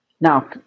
Now